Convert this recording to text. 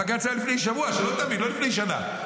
הבג"ץ היה לפני שבוע, שלא תבין, לא לפני שנה.